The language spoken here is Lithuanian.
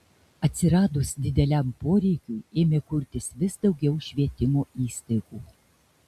atsiradus dideliam poreikiui ėmė kurtis vis daugiau švietimo įstaigų